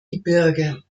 gebirge